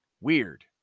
Weird